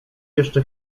jeszcze